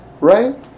Right